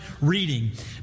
reading